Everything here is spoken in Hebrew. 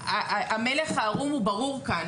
המלך הערום הוא ברור כאן.